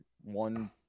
one